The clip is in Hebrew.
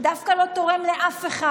דווקא לא תורם לאף אחד.